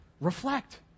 reflect